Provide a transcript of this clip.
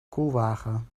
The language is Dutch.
koelwagen